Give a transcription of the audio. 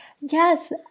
Yes